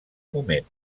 moment